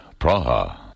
Praha